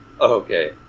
Okay